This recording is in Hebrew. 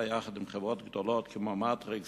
יחד עם חברות גדולות כמו "מטריקס",